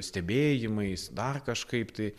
stebėjimais dar kažkaip tai